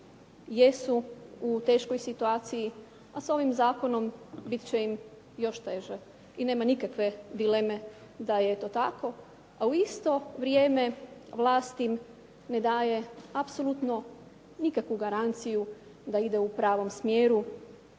jesu u teškoj situaciji, a s ovim zakonom bit će im još teže i nema nikakve dileme da je to tako, a u isto vrijeme vlast im ne daje apsolutno nikakvu garanciju da ide u pravom smjeru,